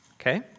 okay